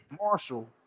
Marshall